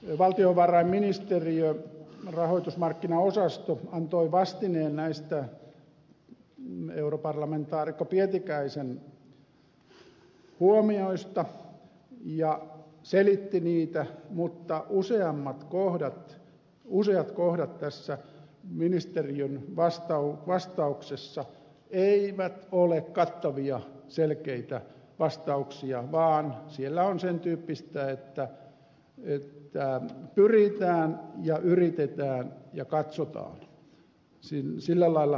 valtiovarainministeriön rahoitusmarkkinaosasto antoi vastineen näistä europarlamentaarikko pietikäisen huomioista ja selitti niitä mutta useat kohdat tässä ministeriön vastauksessa eivät ole kattavia selkeitä vastauksia vaan siellä on sen tyyppistä että pyritään ja yritetään ja katsotaan sillä lailla muotoiltuja vastauksia